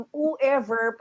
whoever